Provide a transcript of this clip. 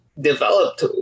developed